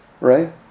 Right